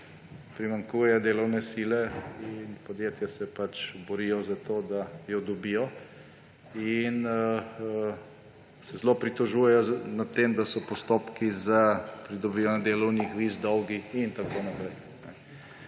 Primanjkuje delovne sile in podjetja se pač borijo za to, da jo dobijo. In se zelo pritožujejo nad tem, da so postopki za pridobivanje delovnih viz dolgi in tako naprej.